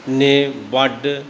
ਨੇ ਵੱਢ